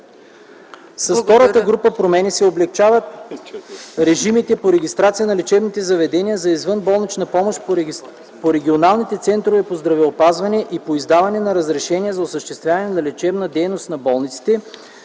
С втората група промени се облекчават режимите по регистрация на лечебните заведения за извънболнична помощ по регионалните центрове по здравеопазване и по издаване на разрешения за осъществяване на лечебна дейност на болниците,